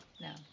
No